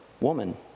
Woman